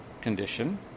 condition